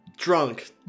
drunk